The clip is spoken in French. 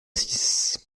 six